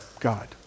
God